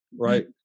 Right